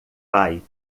pai